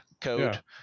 code